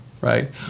right